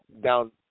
down